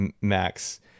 Max